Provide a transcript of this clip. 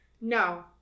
No